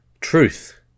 truth